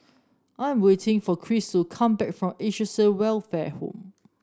I am waiting for Cris to come back from Welfare Home